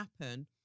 happen